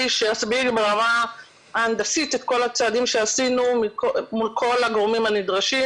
שיסביר ברמה ההנדסית את כל הצעדים שעשינו מול כל הגורמים הנדרשים.